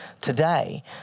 today